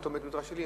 מאותו בית-מדרש שלי.